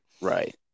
right